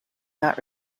not